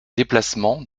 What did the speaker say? déplacements